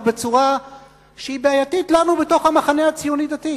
בצורה שהיא בעייתית לנו בתוך המחנה הציוני-דתי,